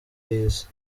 y’isi